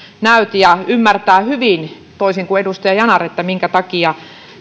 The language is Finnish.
näyt ja ymmärtää hyvin toisin kuin edustaja yanar minkä takia